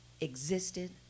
existed